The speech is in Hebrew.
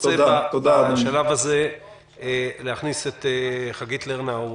בשלב זה אני רוצה להכניס את חגית לרנאו,